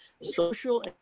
Social